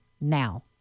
now